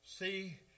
See